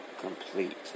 complete